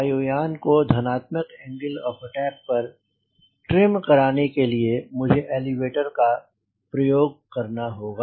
वायुयान को धनात्मक एंगल ऑफ़ अटैक पर ट्रेन कराने के लिए मुझे एलीवेटर का प्रयोग करना होगा